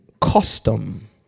custom